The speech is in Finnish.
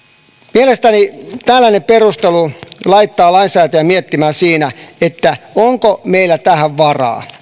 mielestäni tällainen perustelu laittaa lainsäätäjän miettimään siinä onko meillä tähän varaa